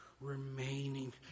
remaining